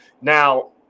Now